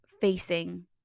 facing